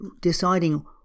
deciding